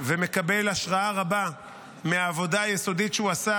ומקבל השראה רבה מהעבודה היסודית שהוא עשה